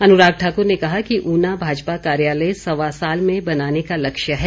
अनुराग ठाकुर ने कहा कि ऊना भाजपा कार्यालय सवा साल में बनाने का लक्ष्य है